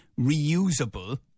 reusable